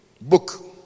book